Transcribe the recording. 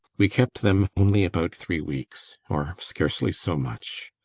we kept them only about three weeks. or scarcely so much.